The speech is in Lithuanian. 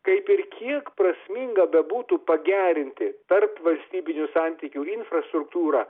kaip ir kiek prasminga bebūtų pagerinti tarpvalstybinių santykių infrastruktūrą